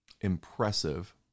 impressive